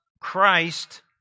Christ